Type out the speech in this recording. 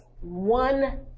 one